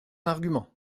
argument